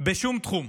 בשום תחום,